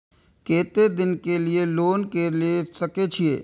केते दिन के लिए लोन ले सके छिए?